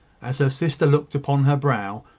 as her sister looked upon her brow,